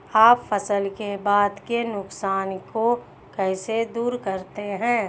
आप फसल के बाद के नुकसान को कैसे दूर करते हैं?